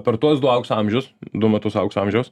per tuos du aukso amžius du metus aukso amžiaus